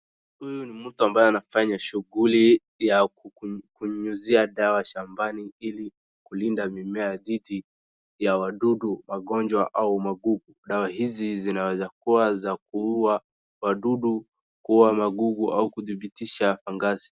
Huyu ni mtu ambaye anafanya shughuli ya kunyunyizia dawa shambani ili kulinda mimea dhidi ya wadudu magonjwa au magugu. Dawa hizi zinaweza kuwa za kuua wadudu kuua magugu au kudhibitisha pangazi.